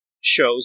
shows